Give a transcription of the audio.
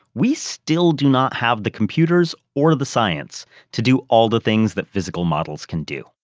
we still do not have the computers or the science to do all the things that physical models can do.